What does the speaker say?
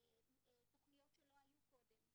תכניות שלא היו קודם.